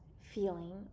feeling